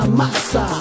massa